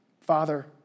Father